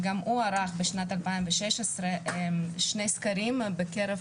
שגם הוא ערך בשנת 2016 שני סקרים בקרב